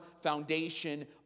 foundation